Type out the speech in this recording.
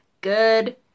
good